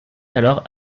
alors